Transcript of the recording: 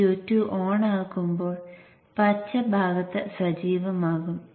Q2 Vin കൈകാര്യം ചെയ്യണം